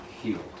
healed